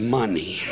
money